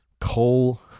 coal